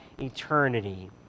eternity